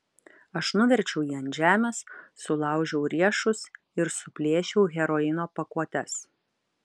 aš nuverčiau jį ant žemės sulaužiau riešus ir suplėšiau heroino pakuotes